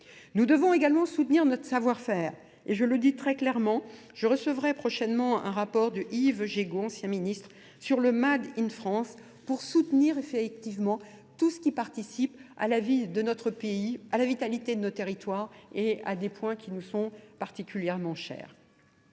Nous devons également soutenir notre savoir-faire. Et je le dis très clairement, je recevrai prochainement un rapport de Yves Gégou, ancien ministre, sur le Mad in France pour soutenir effectivement tout ce qui participe à la vie de notre pays, à la vitalité de nos territoires et à des points qui nous sont particulièrement chers.